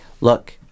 Look